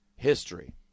History